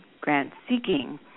grant-seeking